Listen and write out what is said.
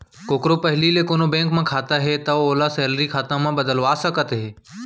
कोकरो पहिली ले कोनों बेंक म खाता हे तौ ओला सेलरी खाता म बदलवा सकत हे